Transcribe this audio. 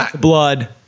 blood